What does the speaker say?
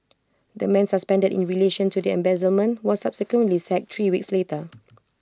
the man suspended in relation to the embezzlement was subsequently sacked three weeks later